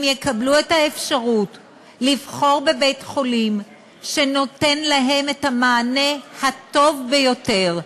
הם יקבלו את האפשרות לבחור בית-חולים שנותן להם את המענה הטוב ביותר,